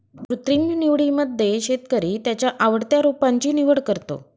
कृत्रिम निवडीमध्ये शेतकरी त्याच्या आवडत्या रोपांची निवड करतो